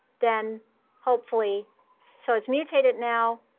then hopefully so it's mutated now,